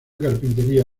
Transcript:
carpintería